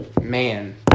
man